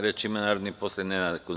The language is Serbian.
Reč ima narodni poslanik Nenad